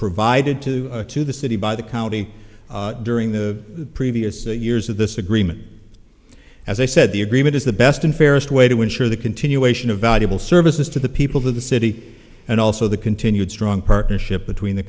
provided to to the city by the county during the previous years of this agreement as i said the agreement is the best and fairest way to ensure the continuation of valuable services to the people of the city and also the continued strong partnership between the